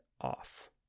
off